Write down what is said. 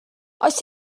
oes